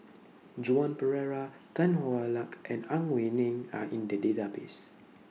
Joan Pereira Tan Hwa Luck and Ang Wei Neng Are in The Database